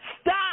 stop